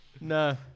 no